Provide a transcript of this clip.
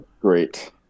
great